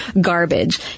garbage